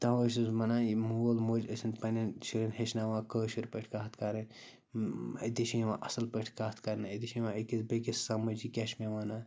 تَوَے چھُس بہٕ وَنان یہِ مول موج ٲسِن پنٛنٮ۪ن شُرٮ۪ن ہیٚچھناوان کٲشِر پٲٹھۍ کَتھ کَرٕنۍ أتی چھِ یِوان اَصٕل پٲٹھۍ کَتھ کَرنہٕ أتی چھِ یِوان أکِس بیٚیہِ کِس سَمٕج یہِ کیٛاہ چھُ مےٚ وَنان